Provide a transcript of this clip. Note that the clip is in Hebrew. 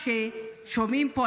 כששומעים פה,